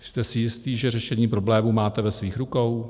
Jste si jistý, že řešení problémů máte ve svých rukou?